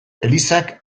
elizak